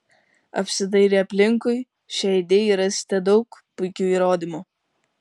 apsidairę aplinkui šiai idėjai rasite daug puikių įrodymų